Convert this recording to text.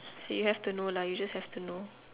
you have to know lah you just have to know